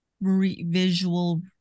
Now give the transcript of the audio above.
visual